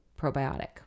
probiotic